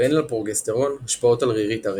ואין לפרוגסטרון השפעות על רירית הרחם.